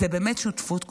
זה באמת שותפות גורל.